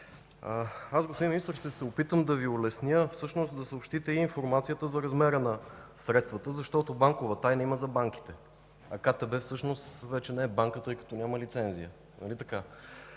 Господин Министър, ще се опитам да Ви улесня да съобщите и информацията за размера на средствата, защото банкова тайна има за банките. КТБ всъщност вече не е банка, тъй като няма лицензия,